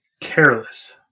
Careless